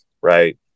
Right